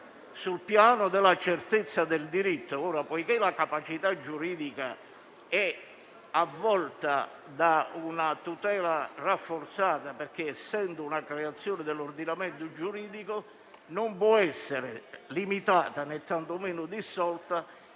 sul piano della certezza del diritto. Poiché la capacità giuridica è avvolta da una tutela rafforzata - essendo una creazione dell'ordinamento giuridico, non può essere limitata, né tantomeno dissolta,